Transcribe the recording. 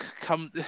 come